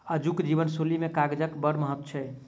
आजुक जीवन शैली मे कागजक बड़ महत्व छै